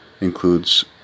includes